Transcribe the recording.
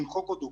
למחוק אותו,